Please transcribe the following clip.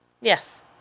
Yes